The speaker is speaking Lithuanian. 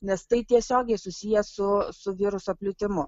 nes tai tiesiogiai susiję su su viruso plitimu